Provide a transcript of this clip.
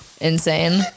Insane